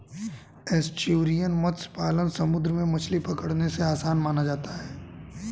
estuarine मत्स्य पालन समुंदर में मछली पकड़ने से आसान माना जाता है